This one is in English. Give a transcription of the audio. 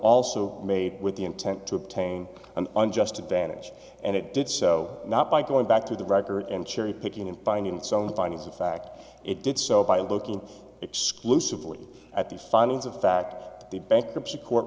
also made with the intent to obtain an unjust advantage and it did so not by going back to the record and cherry picking and finding its own findings of fact it did so by a local exclusively at the findings of fact the bankruptcy court